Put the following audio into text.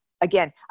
Again